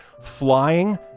Flying